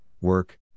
work